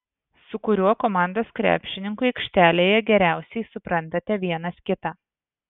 su kuriuo komandos krepšininku aikštelėje geriausiai suprantate vienas kitą